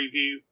preview